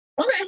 Okay